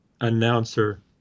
announcer